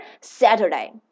Saturday